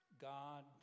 God